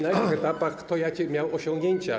na jakich etapach kto jakie miał osiągnięcia.